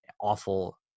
awful